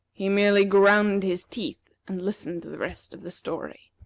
he merely ground his teeth and listened to the rest of the story.